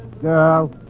girl